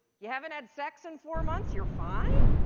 you haven't had sex in four months, you're fine?